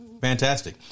fantastic